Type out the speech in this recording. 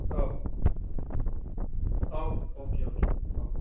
औ औ अके अके औ